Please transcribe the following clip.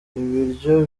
ibiryo